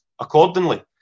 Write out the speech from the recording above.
accordingly